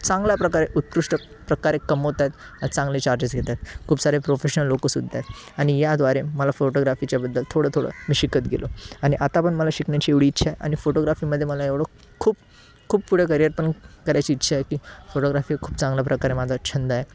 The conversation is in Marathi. चांगल्या प्रकारे उत्कृष्ट प्रकारे कमवत आहेत चांगले चार्जेस घेत आहेत खूप सारे प्रोफेशनल लोकंसुद्धा आहेत आणि ह्याद्वारे मला फोटोग्राफीच्याबद्दल थोडंथोडं मी शिकत गेलो आणि आता पण मला शिकण्याची एवढी इच्छा आणि फोटोग्राफीमध्ये मला एवढं खूपखूप पुढे करियर पण करायची इच्छा आहे की फोटोग्राफी खूप चांगला प्रकारे माझा छंद आहे